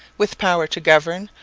with power to govern,